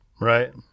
Right